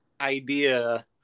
idea